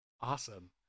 awesome